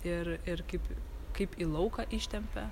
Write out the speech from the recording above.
ir ir kaip kaip į lauką ištempia